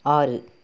ஆறு